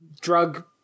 drug